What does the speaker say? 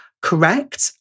correct